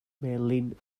melin